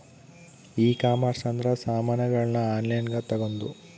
e commerce ಅಂದ್ರ ಸಾಮಾನಗಳ್ನ online ಗ ತಗೊಂದು